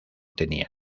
tenía